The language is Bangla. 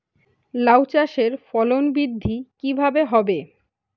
লাউ চাষের ফলন বৃদ্ধি কিভাবে হবে?